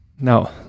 Now